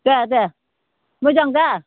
दे दे मोजां दा